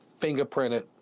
fingerprinted